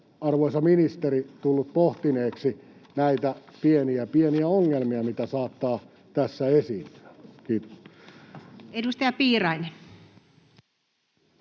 arvoisa ministeri tullut pohtineeksi näitä pieniä, pieniä ongelmia, mitä saattaa tässä esiintyä? — Kiitos. [Speech